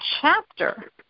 chapter